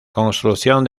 construcción